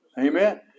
Amen